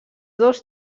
dos